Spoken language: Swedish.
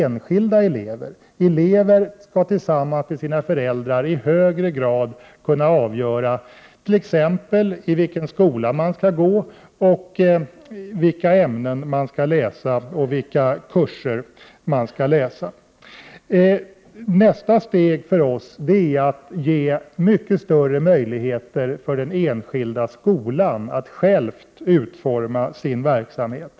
Elever skall tillsammans med sina föräldrar i högre grad än hittills kunna avgöra t.ex. i vilken skola man skall gå, vilka ämnen man skall läsa och vilka kurser man skall studera. Nästa steg för oss är att ge mycket större möjligheter för den enskilda skolan att själv utforma sin verksamhet.